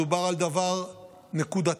מדובר על דבר נקודתי,